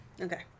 Okay